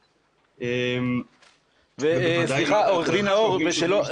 ההכשרה, לא תקין.